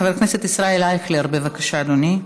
חבר הכנסת ישראל אייכלר, בבקשה, אדוני.